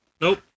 Nope